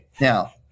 now